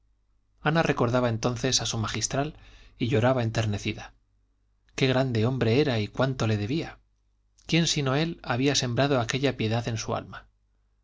ana recordaba entonces a su magistral y lloraba enternecida qué grande hombre era y cuánto le debía quién sino él había sembrado aquella piedad en su alma